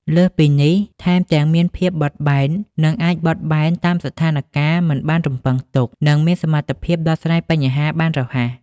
លើសពីនេះ ថែមទាំងមានភាពបត់បែន ដើម្បីអាចបត់បែនតាមស្ថានការណ៍មិនបានរំពឹងទុក និងមានសមត្ថភាពដោះស្រាយបញ្ហាបានរហ័ស។